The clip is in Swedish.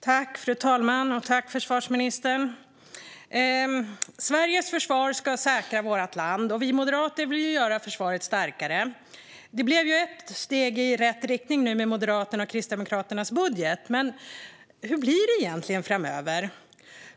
Fru talman! Tack, försvarsministern! Sveriges försvar ska säkra vårt land, och vi moderater vill göra försvaret starkare. Det togs ett steg i rätt riktning med Moderaternas och Kristdemokraternas budget, men hur blir det egentligen framöver?